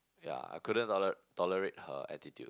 I couldn't tolerate tolerate her attitude